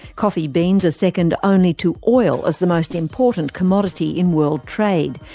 coffee beans are second only to oil as the most important commodity in world trade,